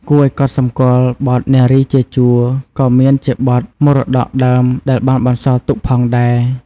គួរឱ្យកត់សម្គាល់ បទ "នារីជាជួរ" ក៏មានជាបទមរតកដើមដែលបានបន្សល់ទុកផងដែរ។